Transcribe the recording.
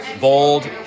bold